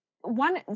one